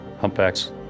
humpbacks